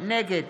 נגד